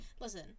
Listen